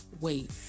wait